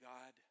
God